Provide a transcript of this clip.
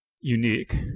unique